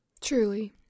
Truly